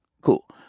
cool